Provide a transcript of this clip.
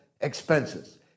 expenses